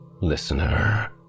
listener